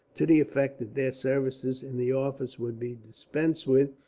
to the effect that their services in the office would be dispensed with,